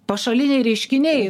pašaliniai reiškiniai